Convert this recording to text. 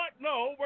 no